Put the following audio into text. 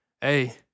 hey